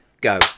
go